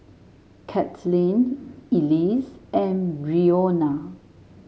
Kaitlynn Elease and Breonna